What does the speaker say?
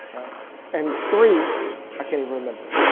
and three i can't even remember it.